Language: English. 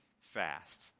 fast